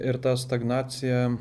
ir ta stagnacija